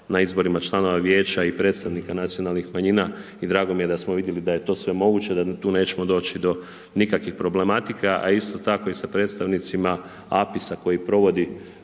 na izborima članova vijeća i predstavnika nacionalnih manjina i drago mi je da smo vidjeli da je to sve moguće da tu neće doći do nikakvih problematika. A isto tako i sa predstavnicima APIS-a koji provodi